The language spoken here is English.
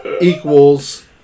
equals